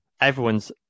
everyone's